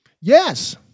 Yes